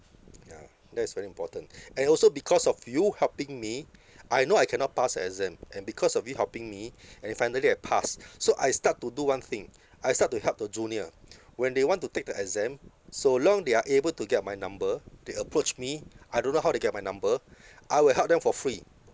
ya that is very important and also because of you helping me I know I cannot pass the exam and because of you helping me and then finally I passed so I start to do one thing I start to help the junior when they want to take the exam so long they are able to get my number they approach me I don't know how they get my number I will help them for free